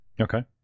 Okay